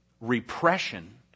repression